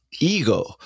ego